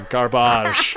Garbage